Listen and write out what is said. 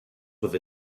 with